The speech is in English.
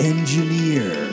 Engineer